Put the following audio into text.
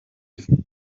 igihe